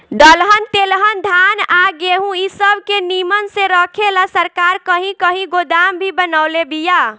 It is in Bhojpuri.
दलहन तेलहन धान आ गेहूँ इ सब के निमन से रखे ला सरकार कही कही गोदाम भी बनवले बिया